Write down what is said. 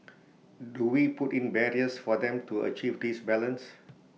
do we put in barriers for them to achieve this balance